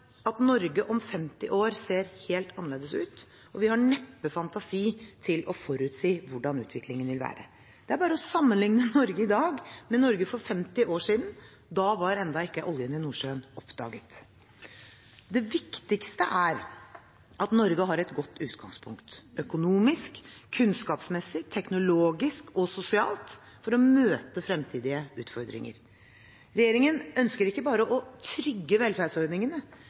at Norge om 50 år ser helt annerledes ut, og vi har neppe fantasi til å forutsi hvordan utviklingen vil være. Det er bare å sammenligne Norge i dag med Norge for 50 år siden – da var ennå ikke oljen i Nordsjøen oppdaget. Det viktigste er at Norge har et godt utgangspunkt – økonomisk, kunnskapsmessig, teknologisk og sosialt – for å møte fremtidige utfordringer. Regjeringen ønsker ikke bare å trygge velferdsordningene,